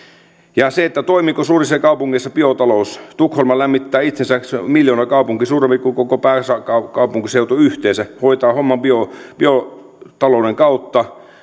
ja toimiiko suurissa kaupungeissa biotalous tukholma lämmittää itsensä se on miljoonakaupunki suurempi kuin koko pääkaupunkiseutu yhteensä se hoitaa homman biotalouden kautta